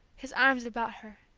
his arms about her.